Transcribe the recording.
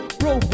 bro